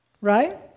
Right